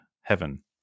heaven